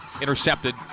intercepted